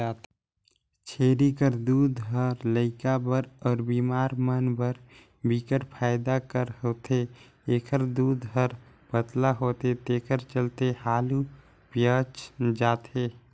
छेरी कर दूद ह लइका बर अउ बेमार मन बर बिकट फायदा कर होथे, एखर दूद हर पतला होथे तेखर चलते हालु पयच जाथे